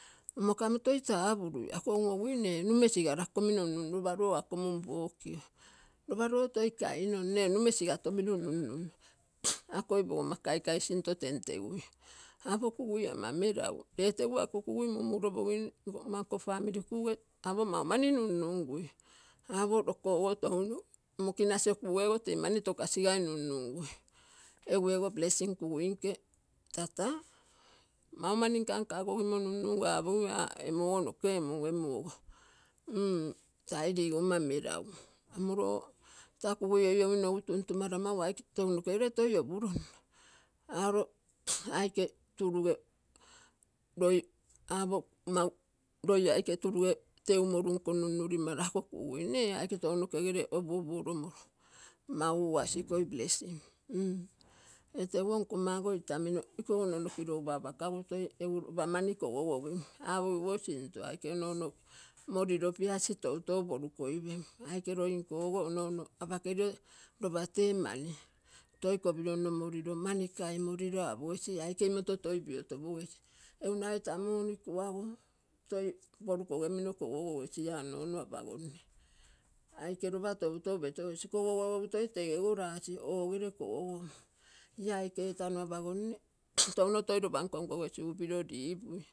Omo ako amo toi tapurui ako onogui nne ee numee sigarakomino nunnun ropa ro ako mun pokio. Ropa ro toi kainom me nume sigatomino nunun aikoi pogomma kaikai sinto tentegui. Apo kugui ama meragu ree teguo ako kugui mumurogim ako family kuge amo mau mani nunnugui. Apo rokoogo tounoke, mokinasi oo kuge tee mani tokasigai nunugui egu blessing kuguinee tata maumani nkanka kosimo nunungui aposigui aga eemu noke omum emuogo. Mmm tai rigomma meragu moro taa kugui lolouinogu tuntumara mau aike tounokai kegere toi opuroma. Aaro aike turuge roi apo mau loi aike turuge teumo runko nunnurimara ako kugui. Nnee aike tounokegere opuopu oromoru, magugasi ikoi blessing mm ee teguo nkommago itamino iko onoono kirogupa apakagu toi ropa mani kogogogim. Apogiguo sinto, aike onoono moriro piasi toutou porukoi pem aike roinkogo apogesi ia aike imoto toi piotopogesi, egu nagai taa moni kuago toi porukogemino kogogogesi taa onoono apagonne aike ropa toutou petogesi kogogogeku toi tegego rasi ogere kogogom, ia aike etano apagonne touno ropa nkonkogesigu piro ripui.